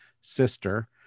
sister